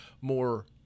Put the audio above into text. more